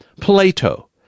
Plato